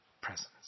presence